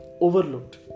overlooked